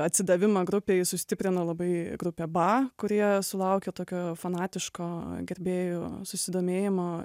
atsidavimą grupei sustiprino labai grupė ba kurie sulaukė tokio fanatiško gerbėjų susidomėjimo